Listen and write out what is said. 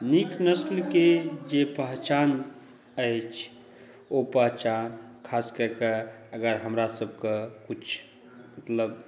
नीक नस्लके जे पहचान अछि ओ पहचान खासकऽ कऽ अगर हमरा सभके किछु मतलब